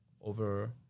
over